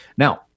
Now